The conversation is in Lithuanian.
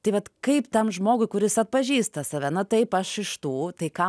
tai vat kaip tam žmogui kuris atpažįsta save na taip aš iš tų tai ką